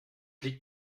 liegt